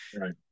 Right